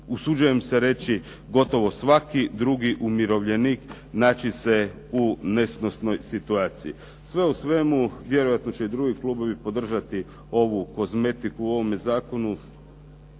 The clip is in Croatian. usuđujem se reći gotovo svaki drugi umirovljenik naći se u nesnosnoj situaciji. Sve u svemu vjerojatno će i drugi klubovi podržati ovu kozmetiku u ovome zakonu.